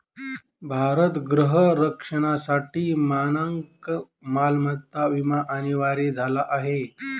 भारत गृह रक्षणासाठी मानक मालमत्ता विमा अनिवार्य झाला आहे